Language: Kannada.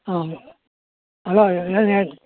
ಹಾಂ ಹಲೋ ಏನು ಹೇಳಿ ರೀ